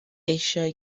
eisiau